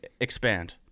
Expand